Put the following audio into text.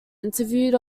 interviewed